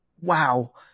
wow